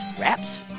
wraps